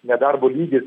nedarbo lygis